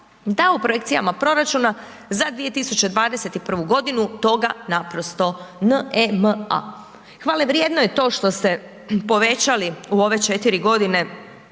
da u projekcijama proračuna za 2021.g. toga naprosto N-E-M-A. Hvale vrijedno je to što ste povećali u ove 4.g.